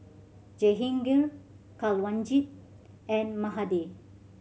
Jehangirr Kanwaljit and Mahade